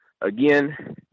Again